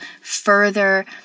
further